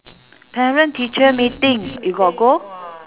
parent teacher meeting you got go